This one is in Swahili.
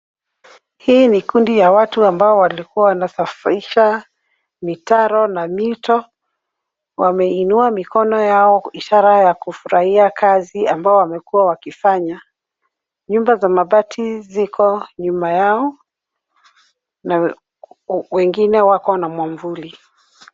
Hii ni kundi la watu ambao wlaikuwa wanasafisha mitaro na mito. Wameinua mikono yao ishara ya kufurahia kazi ambayo wamekuwa wakifanya. Nyumba za mabati ziko nyuma yao na wengine wako na mwavuli.